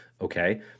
Okay